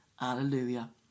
Alleluia